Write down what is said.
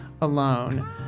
alone